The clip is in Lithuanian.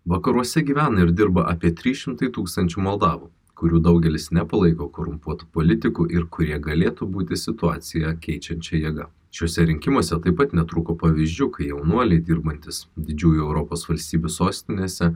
vakaruose gyvena ir dirba apie trys šimtai tūkstančių moldavų kurių daugelis nepalaiko korumpuotų politikų ir kurie galėtų būti situaciją keičiančia jėga šiuose rinkimuose taip pat netrūko pavyzdžių kai jaunuoliai dirbantys didžiųjų europos valstybių sostinėse